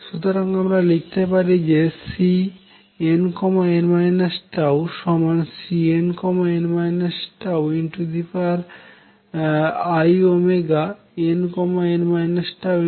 সুতরাং আমরা লিখতে পারি যে Cnn τ Cnn τeinn τt